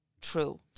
true